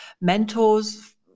mentors